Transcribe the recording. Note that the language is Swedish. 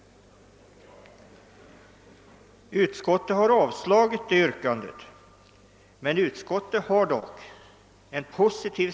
Utskottet har avstyrkt det yrkandet, men dess skrivning är positiv.